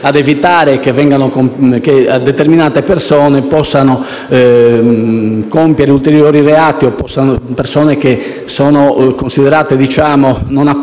ad evitare che determinate persone possano compiere ulteriori reati. Si tratta di persone considerate non a posto